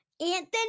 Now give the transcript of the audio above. Anthony